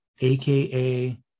aka